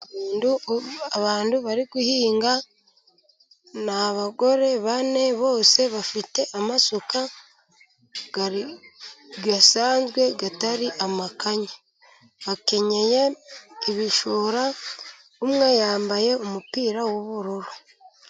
Abantu bari guhinga, ni abagore bane bose bafite amasuka asanzwe atari amakanya. Bakenyeye ibishura, umwe yambaye umupira w'ubururu.